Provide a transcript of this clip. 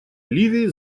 ливии